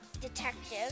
detective